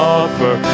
offer